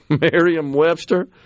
Merriam-Webster